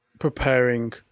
preparing